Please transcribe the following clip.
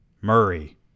Murray